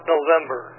November